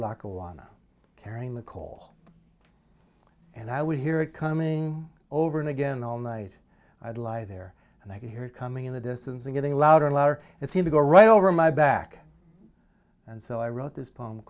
lackawanna carrying the coal and i would hear it coming over and again all night i'd lie there and i could hear it coming in the distance and getting louder and louder it seemed to go right over my back and so i wrote this p